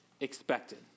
expected